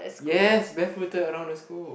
yes barefooted around the school